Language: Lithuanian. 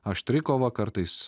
aštri kova kartais